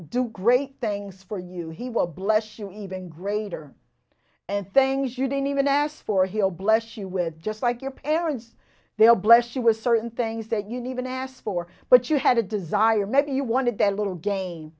do great things for you he will bless you even greater and things you didn't even ask for he'll bless you with just like your parents they'll bless you were certain things that you need an ass for but you had a desire maybe you wanted a little game